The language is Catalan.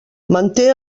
manté